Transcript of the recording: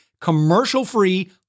commercial-free